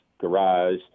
garage